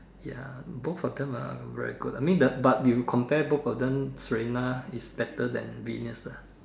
ya both of them are very good ah I mean the but you compare both of them Serena is better than Venus lah